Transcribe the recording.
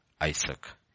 Isaac